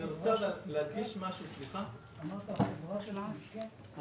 אמרת חברה שתזכה.